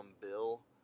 bill